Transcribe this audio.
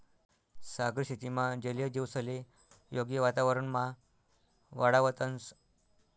सागरी शेतीमा जलीय जीवसले योग्य वातावरणमा वाढावतंस